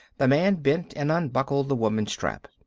the man bent and unbuckled the woman's strap.